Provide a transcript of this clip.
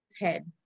head